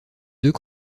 deux